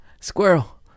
squirrel